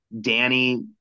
Danny